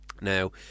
Now